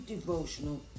devotional